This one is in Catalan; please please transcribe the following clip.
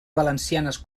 valencianes